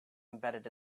embedded